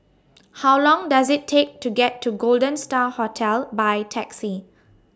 How Long Does IT Take to get to Golden STAR Hotel By Taxi